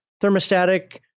thermostatic